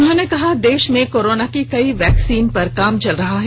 उन्होंने कहा देश में कोरोना की कई वैक्सीन पर काम चल रहा है